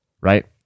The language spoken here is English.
right